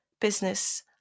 business